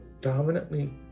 dominantly